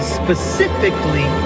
specifically